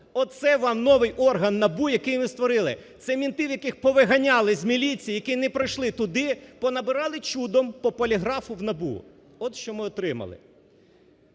це вам новий орган НАБУ, який ви створили. Це менти, яких повиганяли з міліції, які не пройшли туди понабирали чудом по поліграфу в НАБУ. От що ми отримали.